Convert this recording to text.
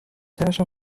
herrscher